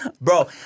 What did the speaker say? Bro